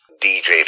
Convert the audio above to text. DJ